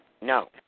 No